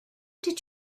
did